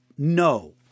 No